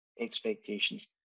expectations